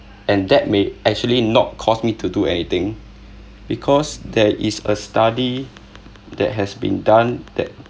and that may actually not cause me to do anything because there is a study that has been done that